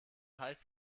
heißt